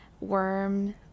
worm